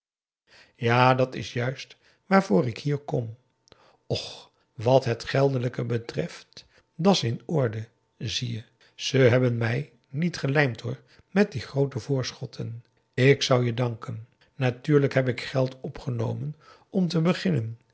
ja dat is juist waarvoor ik hier kom och wat het geldelijke betreft da's in orde zie je ze hebben mij niet gelijmd hoor met die groote voorschotten ik zou je danken natuurlijk heb ik geld opgenomen om te beginnen